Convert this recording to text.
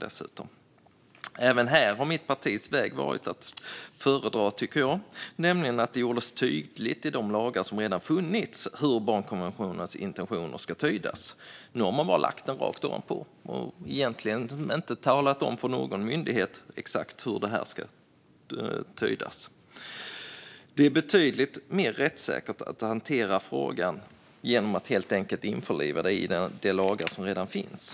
Även här tycker jag att mitt partis väg har varit att föredra, nämligen att det skulle göras tydligt i de lagar som redan har funnits hur barnkonventionens intentioner ska tydas. Nu har man bara lagt den rakt ovanpå och egentligen inte talat om för någon myndighet exakt hur den ska tydas. Det är betydligt mer rättssäkert att hantera frågan genom att helt enkelt införliva den i de lagar som redan finns.